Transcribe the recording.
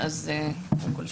קודם כול,